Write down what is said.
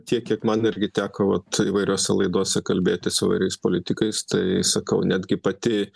tiek kiek man irgi teko vat įvairiose laidose kalbėti su įvairiais politikais tai sakau netgi pati